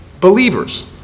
believers